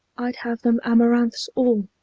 i'd have them amaranths all,